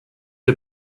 der